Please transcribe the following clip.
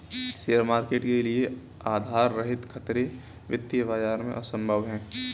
share market के लिये आधार रहित खतरे वित्तीय बाजार में असम्भव हैं